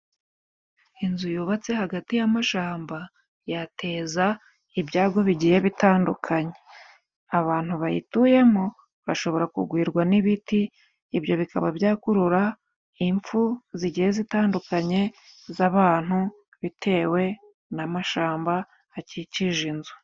Inzu yubatse hagati y'amashamba, yateza ibyago bigiye bitandukanye. Abantu bayituyemo bashobora kugwirwa n'ibiti ibyo bikaba byakurura impfu, zigiye zitandukanye z'abantu, bitewe n'amashamba akikije inzu.